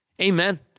Amen